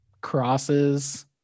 crosses